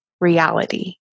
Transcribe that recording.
reality